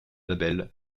label